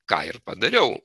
ką ir padariau